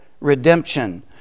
redemption